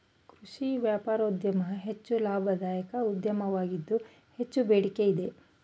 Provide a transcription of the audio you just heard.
ಕೃಷಿ ವ್ಯಾಪಾರೋದ್ಯಮ ಹೆಚ್ಚು ಲಾಭದಾಯಕ ಉದ್ಯೋಗವಾಗಿದ್ದು ಹೆಚ್ಚು ಬೇಡಿಕೆ ಇದೆ